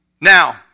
Now